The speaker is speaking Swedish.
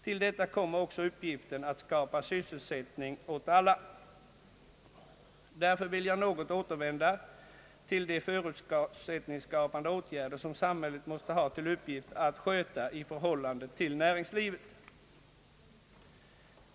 Till detta kommer också uppgiften att skapa sysselsättning åt alla. Därefter vill jag något återvända till de = förutsättningsskapande «åtgärder som samhället måste ha till uppgift att sköta i förhållande till näringslivet.